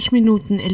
Minuten